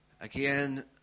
again